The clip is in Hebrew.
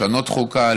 לשנות חוקה,